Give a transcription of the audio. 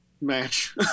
match